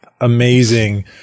amazing